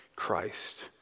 Christ